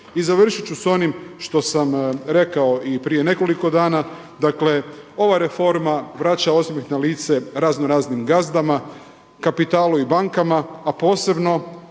I završit ću s onim što sam rekao i prije nekoliko dana, dakle, ova reforma vraća osmijeh na lice raznoraznim gazdama, kapitalu i bankama, a posebno